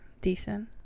Decent